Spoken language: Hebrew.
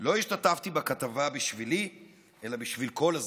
"לא השתתפתי בכתבה בשבילי אלא בשביל כל הזקנים.